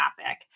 topic